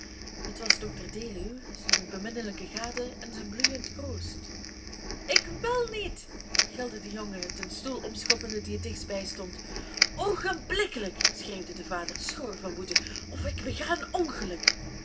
het was dr deluw zijne beminnelijke gade en zijn bloeiend kroost ik wil niet gilde de jongen den stoel omschoppende die het dichtst bij stond oogenblikkelijk schreeuwde de vader schor van woede of ik bega een ongeluk